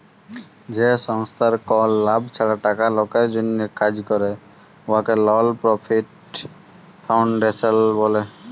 যে সংস্থার কল লাভ ছাড়া টাকা লকের জ্যনহে কাজ ক্যরে উয়াকে লল পরফিট ফাউল্ডেশল ব্যলে